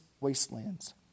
wastelands